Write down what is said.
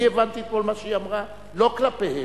אני הבנתי אתמול את מה שהיא אמרה לא כלפיהם,